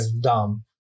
dumb